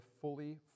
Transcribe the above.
fully